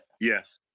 Yes